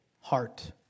heart